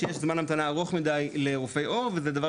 שזמני ההמתנה ארוכים מידי לרופא עור וזה דבר